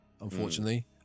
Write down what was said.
unfortunately